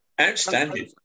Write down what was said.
Outstanding